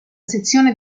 sezione